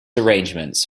arrangements